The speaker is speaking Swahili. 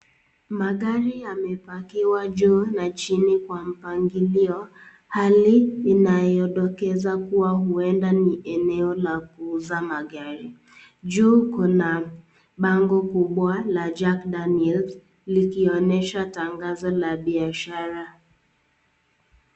Magari yamepakiwa juu na chini kwa mpangilio, hali inayodokeza kuwa huenda ni eneo la kuuza magari, juu kuna bango kubwa la Jack Daniels likionyesha tangazo la biashara.